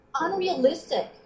unrealistic